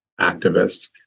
activists